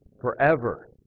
forever